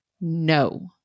No